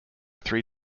three